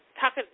talk